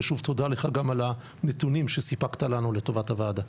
ושוב תודה לך גם על הנתונים שסיפקת לנו לטובת הוועדה.